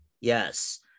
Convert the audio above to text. Yes